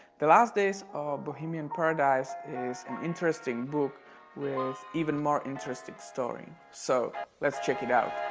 the last days of bohemian paradise is an interesting book was even more interesting story so let's check it out.